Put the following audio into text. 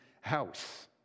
house